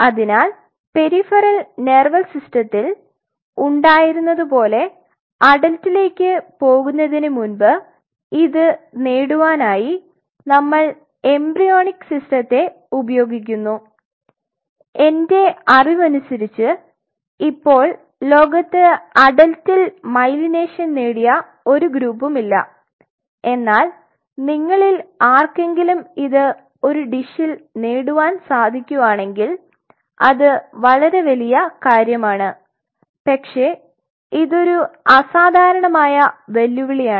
അതിനാൽ peripheral nervous സിസ്റ്റത്തിൽ ഉണ്ടാരുന്നതുപോലെ അടല്റ്റിലേക്ക് പോകുന്നതിന് മുൻപ് ഇത് നേടുവാനായി നമ്മൾ എംബ്രിയോണിക് സിസ്റ്റത്തെ ഉപയോഗിക്കുന്നു എന്റെ അറിവനുസരിച്ച് ഇപ്പോൾ ലോകത്ത് അടൽറ്റിൽ മൈലിനേഷൻ നേടിയ ഒരു ഗ്രൂപ്പുകലുമില്ല എന്നാൽ നിങ്ങളിൽ ആർക്കെങ്കിലും ഇത് ഒരു ഡിഷിൽ നേടുവാൻ സാധിക്കുവാണെങ്കിൽ അത് വളരെ വലിയ കാര്യമാണ് പക്ഷേ ഇത് ഒരു അസാധാരണമായ വെല്ലുവിളിയാണ്